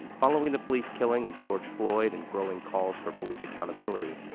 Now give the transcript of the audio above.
following the police killing of george floyd and growing calls for police accountability,